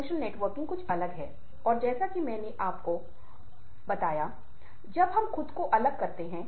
फिर 60 के बाद धीरे धीरे गिरावट आती है